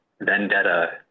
vendetta